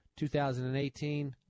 2018